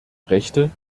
rechte